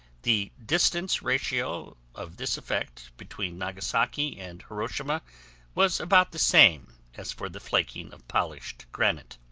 the distance ratio of this effect between nagasaki and hiroshima was about the same as for the flaking of polished granite.